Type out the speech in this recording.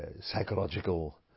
psychological